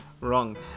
Wrong